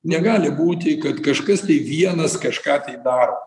negali būti kad kažkas tai vienas kažką tai daro